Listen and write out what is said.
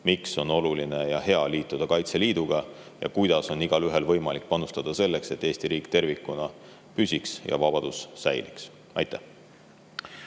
miks on oluline ja hea liituda Kaitseliiduga ja kuidas on igaühel võimalik anda oma panus, et Eesti riik tervikuna püsiks ja meie vabadus säiliks. Suur